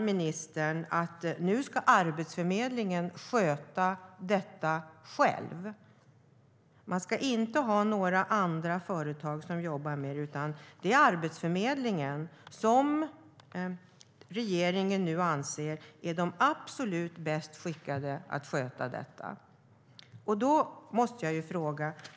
Ministern menar att Arbetsförmedlingen nu ska sköta detta själv. Man ska inte ha några andra företag som jobbar med det, utan det är Arbetsförmedlingen som regeringen nu anser är de absolut bäst skickade att sköta detta.